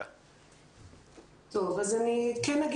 במובן הזה, אני עוברת